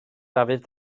dafydd